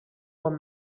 were